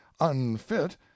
unfit